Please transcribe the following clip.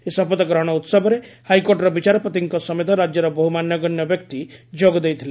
ଏହି ଶପଥ ଗ୍ରହଶ ଉହବରେ ହାଇକୋର୍ଟର ବିଚାରପତିଙ୍କ ସମେତ ରାଜ୍ୟର ବହୁ ମାନ୍ୟଗଣ୍ୟ ବ୍ୟକ୍ତି ଯୋଗଦେଇଥିଲେ